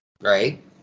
Right